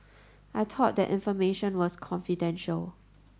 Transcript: I thought that information was confidential